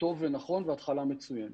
טוב ונכון, והתחלה מצוינת.